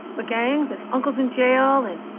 with gangs and uncles in jail. and